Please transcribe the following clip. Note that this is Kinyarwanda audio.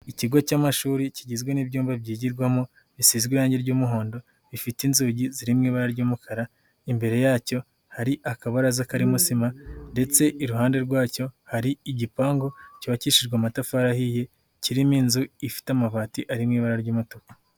Ikigo cy'amashuri kigizwe n'ibyumba byigirwamo bisize irangi ry'umuhondo rifite inzugi ziririmo ibara ry'umukara, imbere yacyo hari akabaraza karimo sima ndetse iruhande rwacyo hari igipangu cyubakishijwe amatafari ahiye, kirimo inzu ifite amabati arimo ibara ry'umutuku.